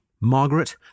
Margaret